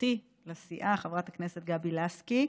וחברתי לסיעה, חברת הכנסת גבי לסקי,